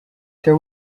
there